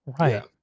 right